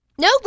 No